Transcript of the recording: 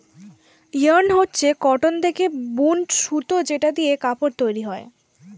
yarn হচ্ছে cotton থেকে বুন সুতো যেটা দিয়ে কাপড় তৈরী হয়